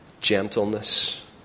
gentleness